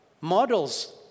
models